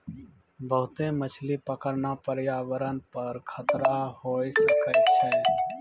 बहुते मछली पकड़ना प्रयावरण पर खतरा होय सकै छै